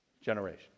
generation